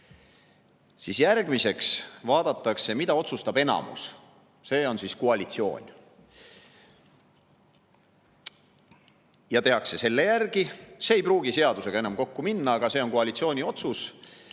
raami. Järgmiseks vaadatakse, mida otsustab enamus, see on siis koalitsioon, ja tehakse selle järgi. See ei pruugi seadusega enam kokku minna, aga see on koalitsiooni otsus,